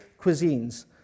cuisines